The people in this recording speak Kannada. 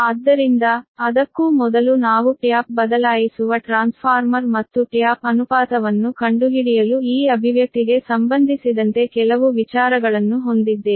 ಆದ್ದರಿಂದ ಅದಕ್ಕೂ ಮೊದಲು ನಾವು ಟ್ಯಾಪ್ ಬದಲಾಯಿಸುವ ಟ್ರಾನ್ಸ್ಫಾರ್ಮರ್ ಮತ್ತು ಟ್ಯಾಪ್ ಅನುಪಾತವನ್ನು ಕಂಡುಹಿಡಿಯಲು ಈ ಅಭಿವ್ಯಕ್ತಿಗೆ ಸಂಬಂಧಿಸಿದಂತೆ ಕೆಲವು ವಿಚಾರಗಳನ್ನು ಹೊಂದಿದ್ದೇವೆ